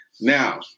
now